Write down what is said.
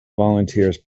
volunteers